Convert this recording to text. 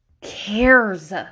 cares